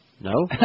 No